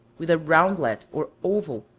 with a roundlet, or oval,